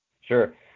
sure